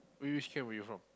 which which camp were you from